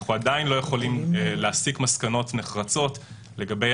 ואנחנו עדיין לא יכולים להסיק מסקנות נחרצות לגבי